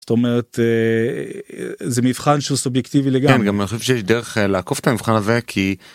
זאת אומרת זה מבחן שהוא סובייקטיבי לגמרי. - כן גם אני חושב שיש דרך לעקוף את המבחן הזה כי